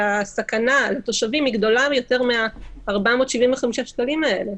והסכנה לתושבים היא גדולה יותר מ-475 שקלים האלה.